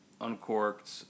uncorked